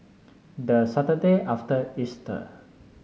the Saturday after Easter